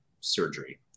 surgery